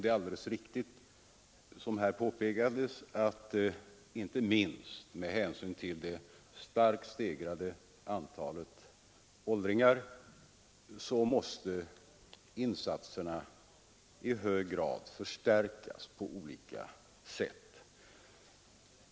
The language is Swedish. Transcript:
Det är alldeles riktigt som här påpekas att inte minst med hänsyn till det starkt stegrade antalet åldringar måste insatserna i hög grad förstärkas på olika sätt.